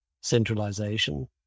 centralization